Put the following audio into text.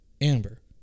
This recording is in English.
amber